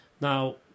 now